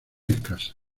escasa